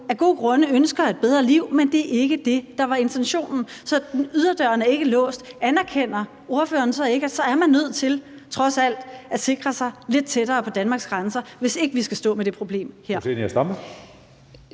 af gode grunde ønsker et bedre liv, men det er ikke det, der var intentionen. Så yderdøren er ikke låst. Anerkender ordføreren ikke, at så er man nødt til trods alt at sikre sig lidt tættere på Danmarks grænser, hvis ikke vi skal stå med det problem her?